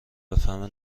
بفهمه